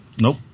Nope